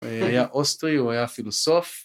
הוא היה אוסטרי, הוא היה פילוסוף.